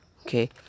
Okay